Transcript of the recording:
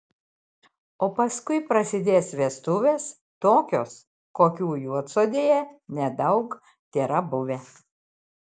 o paskui prasidės vestuvės tokios kokių juodsodėje nedaug tėra buvę